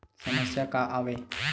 समस्या का आवे?